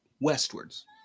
westwards